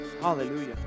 Hallelujah